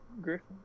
Griffin